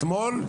אתמול,